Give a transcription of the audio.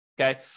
okay